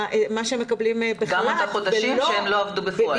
שהם מקבלים בחל"ת --- גם על החודשים שהם לא עבדו בפועל.